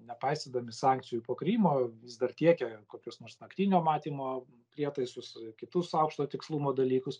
nepaisydami sankcijų po krymo vis dar tiekia kokius nors naktinio matymo prietaisus kitus aukšto tikslumo dalykus